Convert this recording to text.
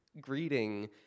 greeting